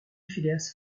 phileas